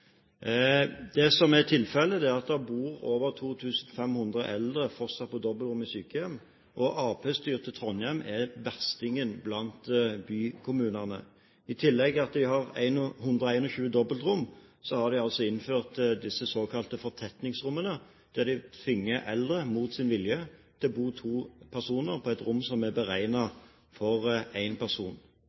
Det som er tilfellet, er at det fortsatt bor over 2 500 eldre på dobbeltrom i sykehjem, og arbeiderpartistyrte Trondheim er verstingen blant bykommunene. I tillegg til at de har 121 dobbeltrom, har de innført disse såkalte fortetningsrommene, der de tvinger eldre – mot sin vilje – til å bo to personer på et rom som er beregnet for én person.